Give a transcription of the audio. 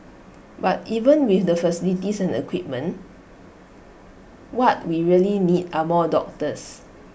but even with the facilities and equipment what we really need are more doctors